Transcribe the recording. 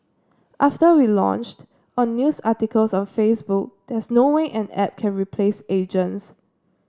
after we launched on news articles on Facebook there's no way an app can replace agents